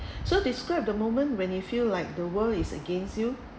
so describe the moment when you feel like the world is against you